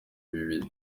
bibiri